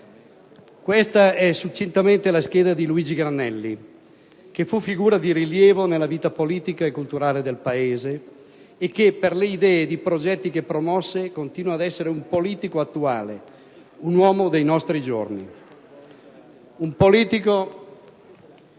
Questa è, succintamente, la scheda di Luigi Granelli, che fu figura di rilievo nella vita politica e culturale del Paese e che per le idee e i progetti che promosse continua a essere un politico attuale, un uomo dei nostri giorni. Un politico